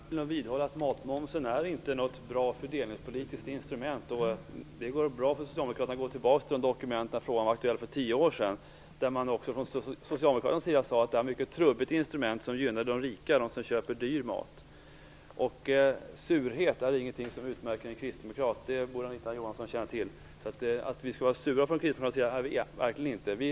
Fru talman! Jag vidhåller att matmomsen inte är något bra fördelningspolitiskt instrument. Det är bara att gå tillbaka till de dokument som var aktuella för tio år sedan, då man från socialdemokratin sade att det var ett mycket trubbigt instrument som gynnade de rika, dem som köper dyr mat. Surhet är ingenting som utmärker en kristdemokrat. Det borde Anita Johansson känna till. Vi är verkligen inte sura.